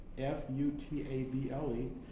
F-U-T-A-B-L-E